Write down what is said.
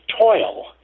toil